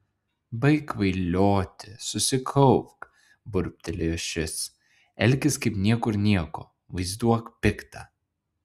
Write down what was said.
baik kvailioti susikaupk burbtelėjo šis elkis kaip niekur nieko vaizduok piktą